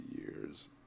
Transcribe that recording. years